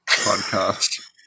podcast